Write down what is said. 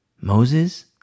Moses